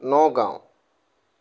Nagaon